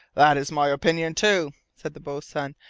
that is my opinion too, said the boatswain,